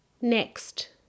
next